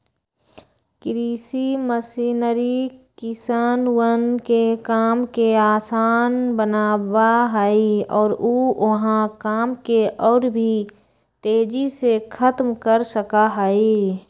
कृषि मशीनरी किसनवन के काम के आसान बनावा हई और ऊ वहां काम के और भी तेजी से खत्म कर सका हई